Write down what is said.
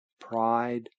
pride